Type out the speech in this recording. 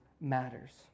matters